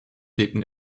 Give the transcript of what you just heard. lebten